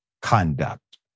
conduct